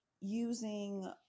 using